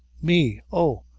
me oh,